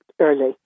early